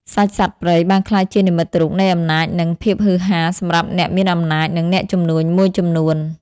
សាច់សត្វព្រៃបានក្លាយជា "និមិត្តរូបនៃអំណាច" និង "ភាពហ៊ឺហា" សម្រាប់អ្នកមានអំណាច និងអ្នកជំនួញមួយចំនួន។